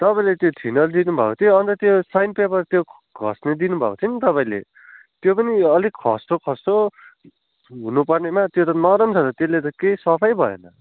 तपाईँले त्यो थिनर दिनुभएको थियो अन्त साइन पेपर त्यो घस्ने दिनुभएको थियो नि तपाईँले त्यो पनि अलिक खस्रो खस्रो हुनुपर्नेमा त्यो त नरम छ त त्यसले केही सफा नै भएन